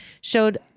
showed